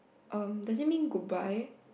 um does it mean goodbye